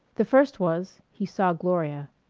the first was he saw gloria.